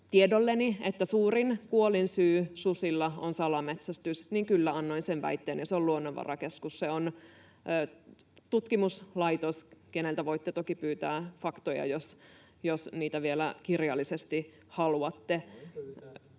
tiedolleni, että suurin kuolinsyy susilla on salametsästys, niin kyllä annoin sen väitteen, ja se on Luonnonvarakeskuksen — se on tutkimuslaitos, jolta voitte toki pyytää faktoja, jos niitä vielä kirjallisesti haluatte.